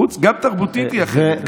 גם תרבותית היא אחרת.